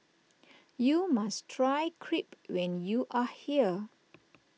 you must try Crepe when you are here